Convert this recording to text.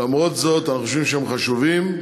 למרות זאת, אנחנו חושבים שהן חשובות,